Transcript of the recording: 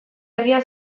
herria